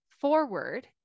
forward